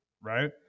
right